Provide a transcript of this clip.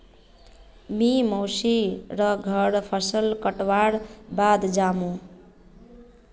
मी मोसी र घर फसल कटवार बाद जामु